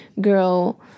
girl